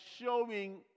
showing